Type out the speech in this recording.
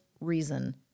reason